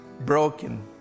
Broken